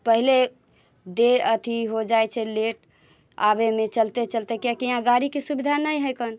पहिने देर अथी हो जाइत छै लेट आबयमे चलते चलते कियाकि यहाँ गाड़ीके सुविधा नहि हैकन